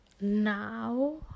now